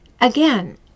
again